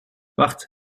wacht